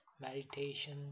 meditation